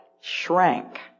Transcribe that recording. shrank